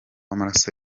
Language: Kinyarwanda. w’amaraso